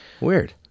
Weird